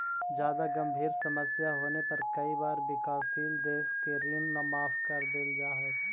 जादा गंभीर समस्या होने पर कई बार विकासशील देशों के ऋण माफ कर देल जा हई